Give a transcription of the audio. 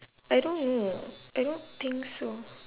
I don't know I don't think so